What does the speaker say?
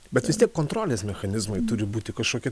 bet vis tiek kontrolės mechanizmai turi būti kažkokie